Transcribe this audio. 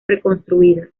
reconstruidas